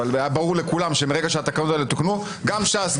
אבל היה ברור לכולם שמרגע שהתקנות האלה תוקנו גם ש"ס,